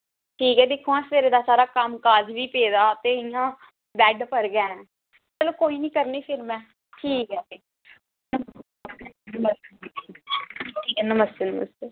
ठीक ऐ ते दिक्खों आं सबेरै दा इंया कम्म काज़ बी पेदा सारा इंया बैड पर गै न चलो कोई निं फिर करनी आं में ठीक ऐ नमस्ते नमस्ते